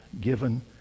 given